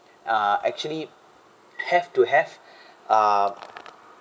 are actually have to have uh